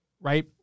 right